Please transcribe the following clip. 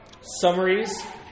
summaries